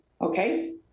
okay